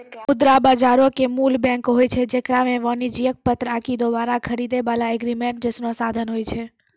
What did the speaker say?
मुद्रा बजारो के मूल बैंक होय छै जेकरा मे वाणिज्यक पत्र आकि दोबारा खरीदै बाला एग्रीमेंट जैसनो साधन होय छै